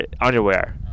underwear